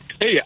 Hey